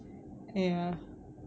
ya